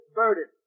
burden